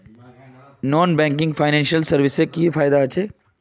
Non banking financial services से की फायदा होचे?